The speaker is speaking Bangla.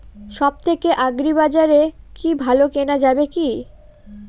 সব থেকে আগ্রিবাজারে কি ভালো কেনা যাবে কি?